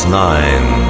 nine